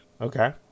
okay